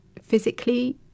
Physically